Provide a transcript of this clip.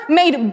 made